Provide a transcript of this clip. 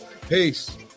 Peace